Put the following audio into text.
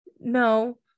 no